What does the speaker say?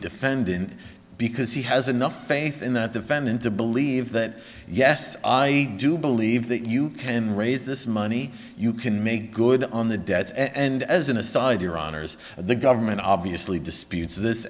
defendant because he has enough faith in the defendant to believe that yes i do believe that you can raise this money you can make good on the debts and as an aside your honors the government obviously disputes this